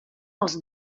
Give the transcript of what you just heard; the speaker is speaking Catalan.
els